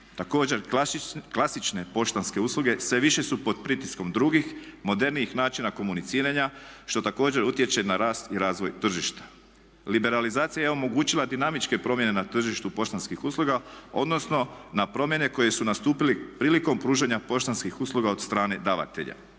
Također klasične poštanske usluge sve više su pod pritiskom drugih, modernijih načina komuniciranja što također utječe na rast i razvoj tržišta. Liberalizacija je omogućila dinamičke promjene na tržištu poštanskih usluga odnosno na promjene koje su nastupile prilikom pružanja poštanskih usluga od strane davatelja.